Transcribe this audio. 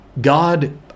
God